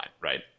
right